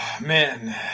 Man